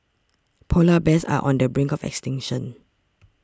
Polar Bears are on the brink of extinction